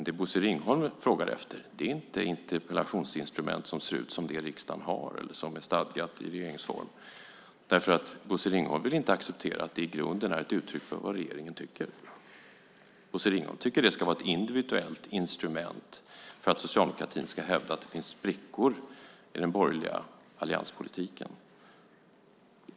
Det Bosse Ringholm frågar efter är inte det interpellationsinstrument som ser ut som det riksdagen har och som är stadgat i regeringsformen. Bosse Ringholm vill inte acceptera att det i grunden är ett uttryck för vad regeringen tycker. Bosse Ringholm tycker att det ska vara ett individuellt instrument för att socialdemokratin ska hävda att det finns sprickor i den borgerliga allianspolitiken.